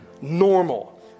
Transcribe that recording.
normal